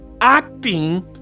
acting